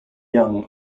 young